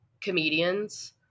comedians